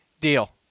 deal